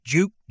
Juke